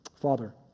Father